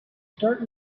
start